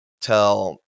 tell